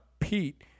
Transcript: Pete